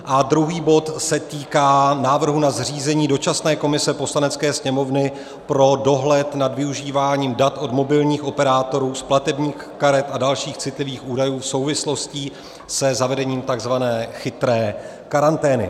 A druhý bod se týká návrhu na zřízení dočasné komise Poslanecké sněmovny pro dohled nad využíváním dat od mobilních operátorů z platebních karet a dalších citlivých údajů v souvislostí se zavedením tzv. chytré karantény.